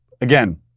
again